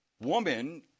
woman